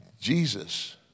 Jesus